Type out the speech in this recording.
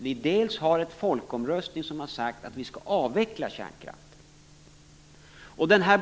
Vi har i en folkomröstning sagt att vi skall avveckla kärnkraften.